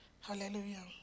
hallelujah